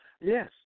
Yes